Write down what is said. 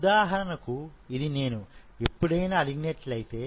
ఉదాహరణకు ఇది నేను ఎప్పుడైనా అడిగినట్టయిటే